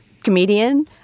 comedian